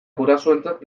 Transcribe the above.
gurasoentzat